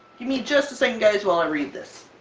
give me just a second, guys, while i read this.